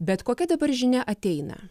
bet kokia dabar žinia ateina